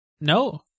No